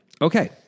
Okay